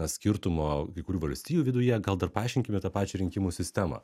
skirtumo kai kurių valstijų viduje gal dar paaiškinkime tą pačią rinkimų sistemą